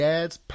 Dad's